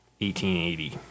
1880